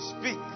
speak